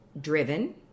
driven